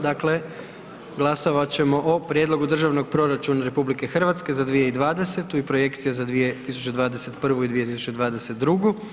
Dakle, glasovat ćemo o Prijedlogu Državnog proračuna RH za 2020. i projekcija za 2021. i 2022.